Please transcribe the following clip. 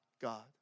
God